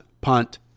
punt